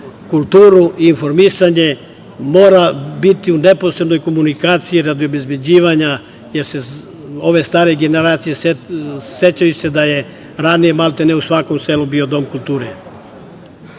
kulturu i informisanje mora biti u neposrednoj komunikaciji radi obezbeđivanja. Starije generacije sećaju se da je ranije, maltene, u svakom selu bio dom kulture.U